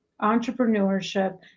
entrepreneurship